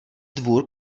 dvůr